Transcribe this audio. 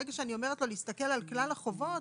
ברגע שאני אומרת לו להסתכל על כלל החובות,